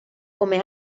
come